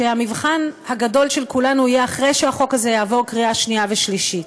שהמבחן הגדול של כולנו יהיה אחרי שהחוק הזה יעבור בקריאה שנייה ושלישית.